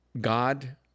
God